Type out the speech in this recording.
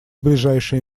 ближайшие